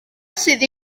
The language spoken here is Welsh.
sydd